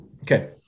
Okay